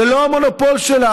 זה לא המונופול שלך.